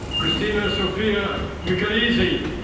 christina sophia mikilizi.